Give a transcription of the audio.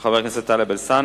1131, של חבר הכנסת טלב אלסאנע: